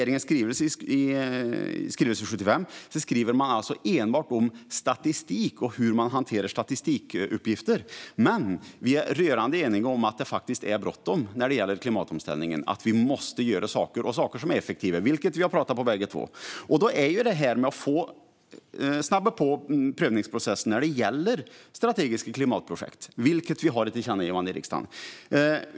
I skrivelse 75 skriver regeringen alltså enbart om statistik och hur man hanterar statistikuppgifter. Vi är dock rörande eniga om att det är bråttom med klimatomställningen och att vi måste göra saker som är effektiva, vilket vi har pratat om bägge två. En sådan sak är att snabba på prövningsprocessen när det gäller strategiska klimatprojekt, vilket vi har ett tillkännagivande om från riksdagen.